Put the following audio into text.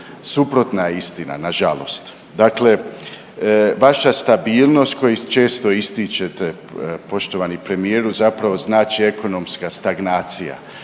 Suprotna je istina nažalost. Dakle, vaša stabilnost koju često ističete poštovani premijeru zapravo znači ekonomska stagnacija.